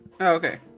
okay